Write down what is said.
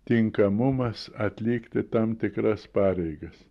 tinkamumas atlikti tam tikras pareigas